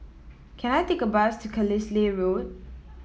can I take a bus to Carlisle Road